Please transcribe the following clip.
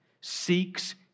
seeks